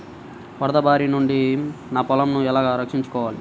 వరదల భారి నుండి నా పొలంను ఎలా రక్షించుకోవాలి?